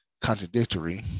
contradictory